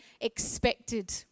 expected